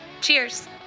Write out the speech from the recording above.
Cheers